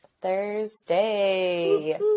Thursday